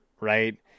right